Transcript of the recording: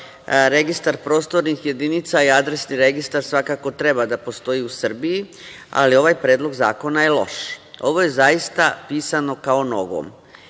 registar prostornih jedinica je Adresni registar, svakako treba da postoji u Srbiji, ali ovaj Predlog zakona je loš. Ovo je zaista pisano kao novo.